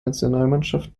nationalmannschaft